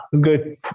Good